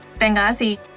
Benghazi